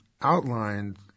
outlined